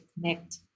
connect